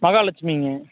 மகாலட்சுமிங்க